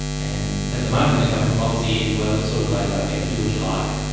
and at the moment the government policy is, well, it's sort of laissez-faire, do what you like.